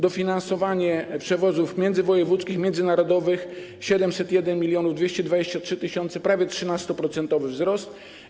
Dofinansowanie przewozów międzywojewódzkich, międzynarodowych - 701 223 tys., prawie 13-procentowy wzrost.